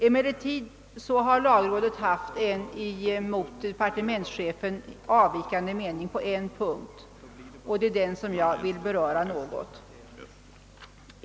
Emellertid har lagrådet haft en gentemot departementschefen avvikande mening på en punkt, och det är den som jag vill beröra något.